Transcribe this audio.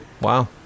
Wow